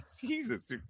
Jesus